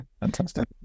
fantastic